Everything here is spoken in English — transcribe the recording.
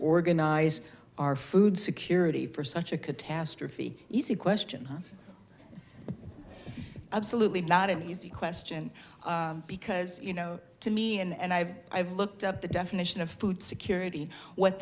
organize our food security for such a catastrophe easy question absolutely not an easy question because you know to me and i've i've looked up the definition of food security what